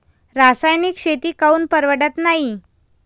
रासायनिक शेती काऊन परवडत नाई?